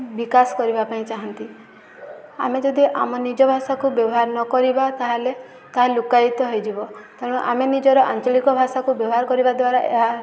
ବିକାଶ କରିବା ପାଇଁ ଚାହାନ୍ତି ଆମେ ଯଦି ଆମ ନିଜ ଭାଷାକୁ ବ୍ୟବହାର ନ କରିବାର ତାହେଲେ ତାହା ଲୁକାୟିତ ହେଇଯିବ ତେଣୁ ଆମେ ନିଜର ଆଞ୍ଚଳିକ ଭାଷାକୁ ବ୍ୟବହାର କରିବା ଦ୍ୱାରା ଏହା